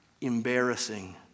embarrassing